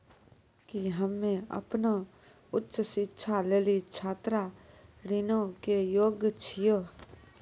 कि हम्मे अपनो उच्च शिक्षा लेली छात्र ऋणो के योग्य छियै?